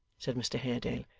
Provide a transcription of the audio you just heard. said mr haredale,